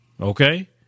Okay